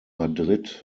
madrid